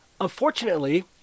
Unfortunately